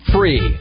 Free